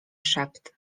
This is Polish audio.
szept